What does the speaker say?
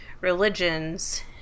religions